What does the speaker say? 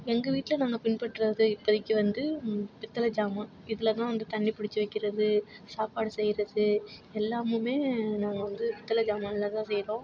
எங்கள் வீட்டில் நாங்கள் பின்பற்றது இப்போதிக்கி வந்து முத் பித்தளை ஜாமான் இதில் தான் வந்து தண்ணி பிடிச்சி வைக்கிறது சாப்பாடு செய்கிறது எல்லாமுமே நாங்கள் வந்து பித்தளை ஜாமானில் தான் செய்கிறோம்